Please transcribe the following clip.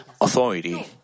authority